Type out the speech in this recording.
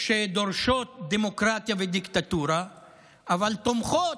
שדורשות דמוקרטיה ולא דיקטטורה אבל תומכות